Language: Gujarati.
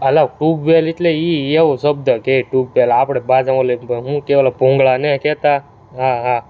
હાલો ટ્યૂબવેલ એટલે એ એવો શબ્દ કે ટ્યૂબવેલ આપણે ભાષામં ઓલી શું કહે ઓલો ભૂંગળા નથી કહેતા હા હા